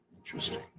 Interesting